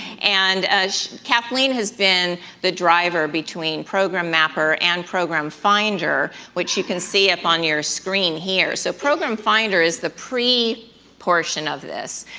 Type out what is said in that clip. and, kathleen has been the driver between program mapper and program finder which you can see up on your screen here. so, program finder is the pre-portion pre-portion of this,